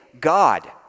God